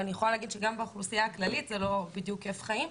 ואני יכולה להגיד שגם באוכלוסייה הכללית זה לא בדיוק כיף חיים,